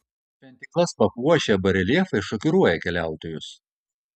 šventyklas papuošę bareljefai šokiruoja keliautojus